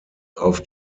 auf